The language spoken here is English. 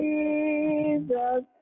Jesus